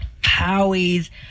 Howie's